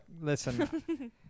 listen